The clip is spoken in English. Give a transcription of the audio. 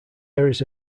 areas